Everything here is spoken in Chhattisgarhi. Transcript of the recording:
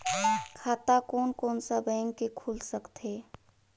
खाता कोन कोन सा बैंक के खुल सकथे?